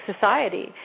society